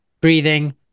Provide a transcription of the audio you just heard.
breathing